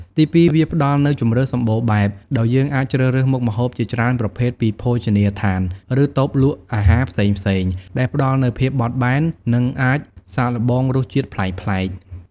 ទីពីរ វាផ្តល់នូវ ជម្រើសសម្បូរបែប ដោយយើងអាចជ្រើសរើសមុខម្ហូបជាច្រើនប្រភេទពីភោជនីយដ្ឋាន ឬតូបលក់អាហារផ្សេងៗ ដែលផ្តល់នូវភាពបត់បែន និងអាចសាកល្បងរសជាតិប្លែកៗ។